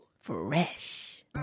fresh